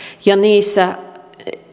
ja niissä